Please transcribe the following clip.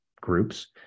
groups